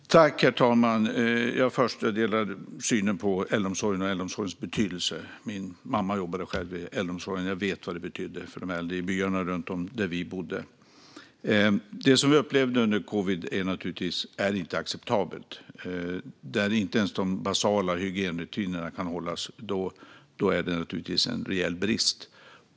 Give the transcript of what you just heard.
Herr talman! Först vill jag säga att jag delar synen på betydelsen av äldreomsorgen. Min mamma jobbade själv i äldreomsorgen, och jag vet vad den betydde för de äldre i byarna runt om där vi bodde. Det som vi har upplevt under covid är naturligtvis inte acceptabelt. När det inte ens går att upprätthålla de mest basala hygienrutinerna råder en rejäl brist.